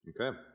Okay